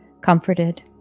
comforted